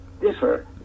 differ